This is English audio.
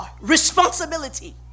responsibility